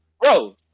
Bro